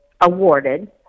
awarded